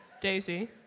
Daisy